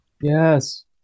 Yes